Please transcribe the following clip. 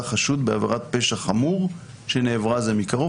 חשוד בעבירת פשע חמור שנעבירה זה מקרוב.